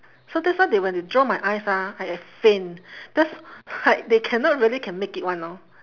so that's why they when they draw my eyes ah I I faint that's like they cannot really can make it [one] orh